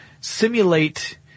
simulate